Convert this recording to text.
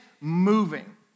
moving